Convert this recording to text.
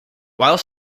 while